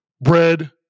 bread